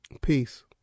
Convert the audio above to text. peace